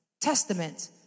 testament